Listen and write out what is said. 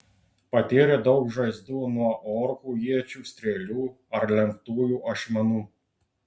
patyrė daug žaizdų nuo orkų iečių strėlių ar lenktųjų ašmenų